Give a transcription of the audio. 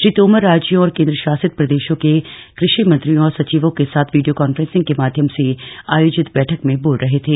श्री तोमर राज्यों और केन्द्र शासित प्रदेशों के कृषि मंत्रियों और सचिवों के साथ वीडियो कान्फेन्सिग के माध्यम से आयोजित बैठक में बोल रहे थे